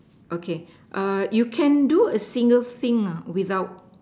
okay you can do a single thing without